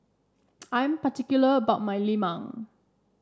I'm particular about my lemang